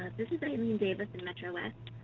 this is eileen davis in metro and